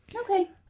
Okay